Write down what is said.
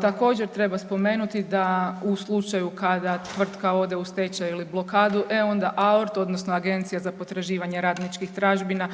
Također, treba spomenuti da u slučaju kada tvrtka ode u stečaj ili blokadu, e onda AORTU, odnosno Agenciju za potraživanje radničkih tražbina